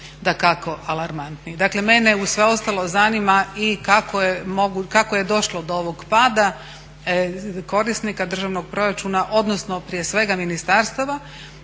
Dakle mene uz sve ostalo zanima i kako je došlo do ovog pada korisnika državnog proračuna odnosno prije svega ministarstava